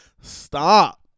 stop